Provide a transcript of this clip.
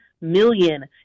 million